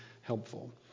helpful